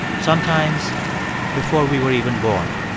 sometimes before we were even born.